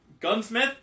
Gunsmith